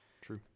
True